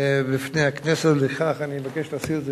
בפני הכנסת, ולכן אני מבקש להסיר את זה